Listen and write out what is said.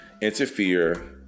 interfere